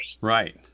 Right